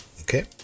Okay